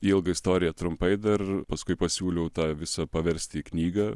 ilgą istoriją trumpai dar paskui pasiūliau tą visą paversti į knyga